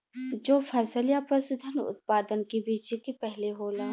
जो फसल या पसूधन उतपादन के बेचे के पहले होला